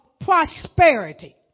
prosperity